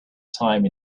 time